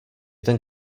ten